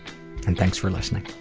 and thanks for listening